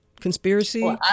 Conspiracy